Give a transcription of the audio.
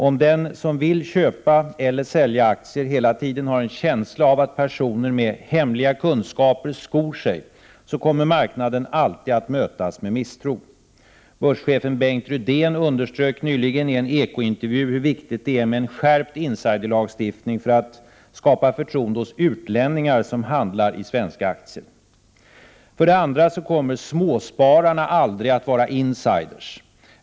Om den som vill köpa eller sälja aktier hela tiden har en känsla av att personer med hemliga kunskaper skor sig, kommer marknaden alltid att mötas med misstro. Börschefen Bengt Rydén underströk nyligen i en Eko-intervju hur viktigt det är med en skärpt insiderlagstiftning för att skapa förtroende hos utlänningar som handlar med svenska aktier. För det andra kommer småspararna aldrig att vara insiders.